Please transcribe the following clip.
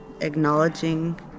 acknowledging